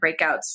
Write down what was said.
breakouts